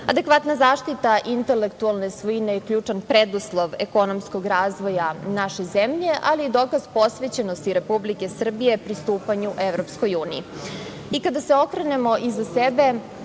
države. Adekvatna zaštita intelektualne svojine je ključan preduslov ekonomskog razvoja naše zemlje, ali dokaz i posvećenosti Republike Srbije pristupanju EU. Kada se okrenemo iza sebe,